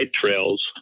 trails